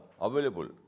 available